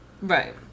right